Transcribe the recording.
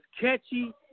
catchy